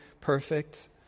perfect